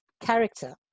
character